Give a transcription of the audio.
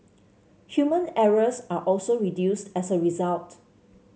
human errors are also reduced as a result